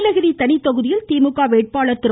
நீலகிரி தனி தொகுதியில் திமுக வேட்பாளர் திரு